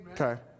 Okay